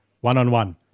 one-on-one